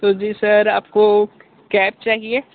तो जी सर आपको कैब चाहिए